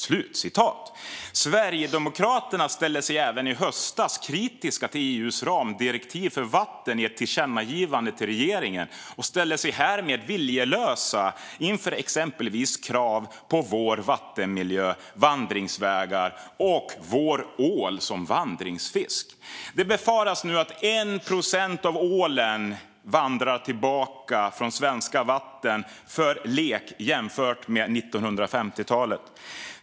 Sverigedemokraterna ställde sig i höstas även kritiska till EU:s ramdirektiv för vatten i ett tillkännagivande till regeringen och ställde sig därmed viljelösa inför exempelvis krav på vår vattenmiljö, vandringsvägar och vår ål som vandringsfisk. Det befaras nu att endast 1 procent av ålen vandrar tillbaka från svenska vatten för lek jämfört med 1950-talet.